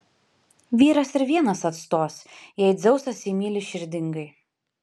vyras ir vienas atstos jei dzeusas jį myli širdingai